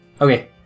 Okay